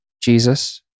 Jesus